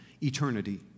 Eternity